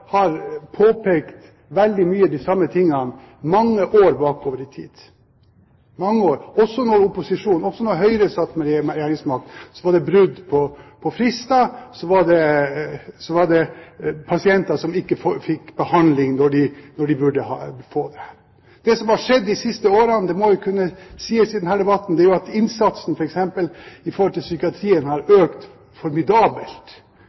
har påpekt mye av de samme tingene mange år bakover i tid. Også da Høyre satt med regjeringsmakt, var det brudd på frister, det var pasienter som ikke fikk behandling når de burde få det. Det som har skjedd de siste årene – det må jo kunne sies i denne debatten – er at innsatsen f.eks. i psykiatrien har økt formidabelt. Langt flere pasienter får behandling i dag enn for fem år siden, enn for ti år siden. Dimensjonen i debatten, det